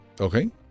Okay